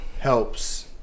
helps